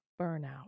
burnout